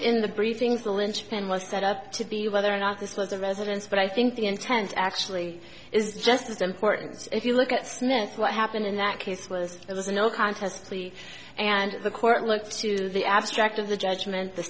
in the briefings the lynch pin was set up to be whether or not this was a residence but i think the intent actually is just as important if you look at smith what happened in that case was it was a no contest plea and the court looked to the abstract of the judgment the